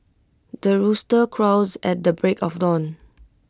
the rooster crows at the break of dawn